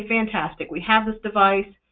fantastic. we have this device.